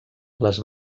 les